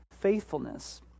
faithfulness